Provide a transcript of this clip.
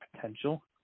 potential